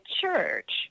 church